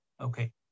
okay